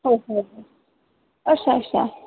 अच्छा अच्छा